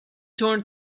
turn